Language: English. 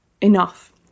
enough